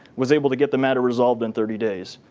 was able to get the matter resolved in thirty days.